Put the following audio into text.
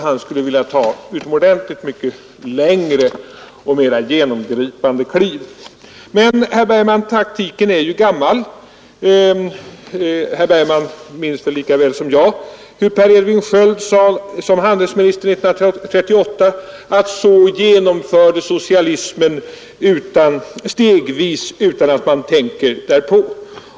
Han skulle vilja ta utomordentligt mycket längre och mera genomgripande kliv. Men, herr Bergman, taktiken är ju gammal. Herr Bergman minns lika väl som jag hur Per Edvin Sköld som handelsminister 1938 sade att ”så genomförs socialismen stegvis utan att man tänker därpå”.